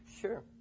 Sure